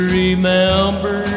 remember